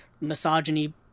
misogyny